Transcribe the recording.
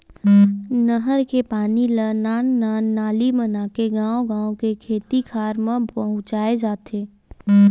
नहर के पानी ल नान नान नाली बनाके गाँव गाँव के खेत खार म पहुंचाए जाथे